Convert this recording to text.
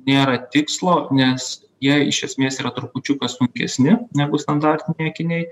nėra tikslo nes jie iš esmės yra trupučiuką sunkesni negu standartiniai akiniai